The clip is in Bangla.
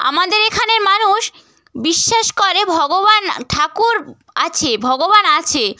আমাদের এখানে মানুষ বিশ্বাস করে ভগবান ঠাকুর আছে ভগবান আছে